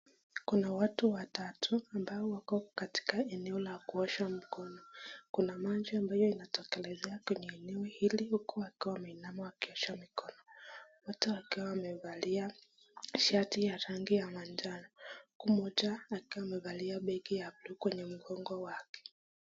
Kuna watu watatu ambao wako katika eneo la kuosha mkono, kuna maji ambayo inatokelezea kwenye eneo hili, huku wakiwa wameinama wakiosha mikono wote wakiwa wamevalia shati ya rangi ya manjano huku mmoja akiwa amevalia begi ya bluu kwenye mgongo wake.